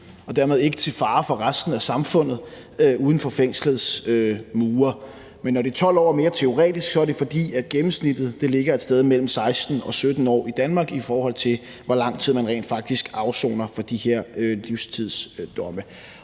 og dermed ikke til fare for resten af samfundet uden for fængslets mure. Når de 12 år er mere teoretisk, er det, fordi gennemsnittet ligger et sted mellem 16 og 17 år i Danmark, i forhold til hvor lang tid man rent faktisk afsoner for de her livstidsdomme.